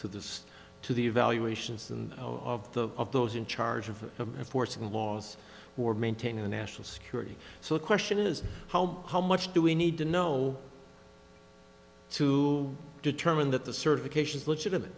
to this to the evaluations and of the of those in charge of enforcing the laws who are maintaining the national security so the question is how how much do we need to know to determine that the certifications legitimate